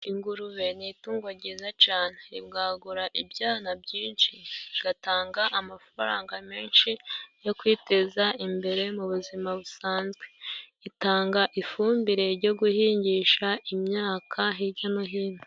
Ingurube ni itungo ryiza cyane. Ribwagura ibyana byinshi, rigatanga amafaranga menshi yo kwiteza imbere mu buzima busanzwe. Ritanga ifumbire ryo guhingisha imyaka hirya no hino.